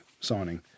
signing